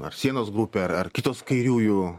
ar sienos grupė ar ar kitos kairiųjų